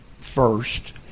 first –